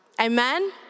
Amen